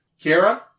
Kira